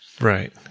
Right